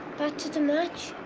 but to the match?